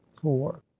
Four